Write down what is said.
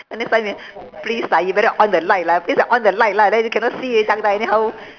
then next time you please lah you better on the light lah please lah on the light lah then you cannot see in the dark then anyhow